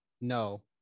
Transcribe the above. No